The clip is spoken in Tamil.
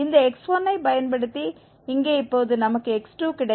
இந்த x1 ஐ பயன்படுத்தி இங்கே இப்போது நமக்கு x2 கிடைக்கும்